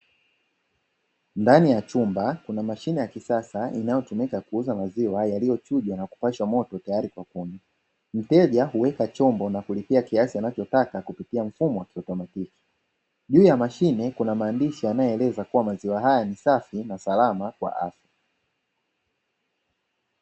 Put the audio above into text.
Ndani ya chumba kuna mashine ya kisasa inayotumika kuuza maziwa yaliyochujwa na kupashwa moto, tayari kwa kunywa. Mteja huweka chombo na kulipia kiasi anachotaka kupitia mfumo wa kiotomatiki. Juu ya mashine, kuna yanayoeleza kuwa maziwa haya ni safi na salama kwa afya.